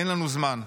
אין לנו זמן.'"